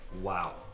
Wow